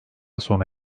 sona